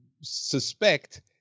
suspect